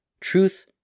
Truth